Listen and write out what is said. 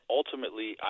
ultimately